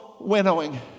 winnowing